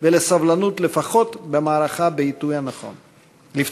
ולסבלנות לפתוח במערכה בעיתוי הנכון.